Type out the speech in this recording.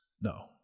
No